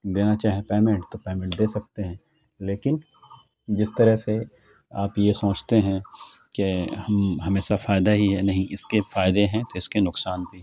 دینا چاہیں پیمنٹ تو پیمنٹ دے سکتے ہیں لیکن جس طرح سے آپ یہ سوچتے ہیں کہ ہم ہمیشہ فائدہ ہی ہے نہیں اس کے فائدے ہیں تو اس کے نقصان بھی ہیں